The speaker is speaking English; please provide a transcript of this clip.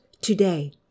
today